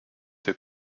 der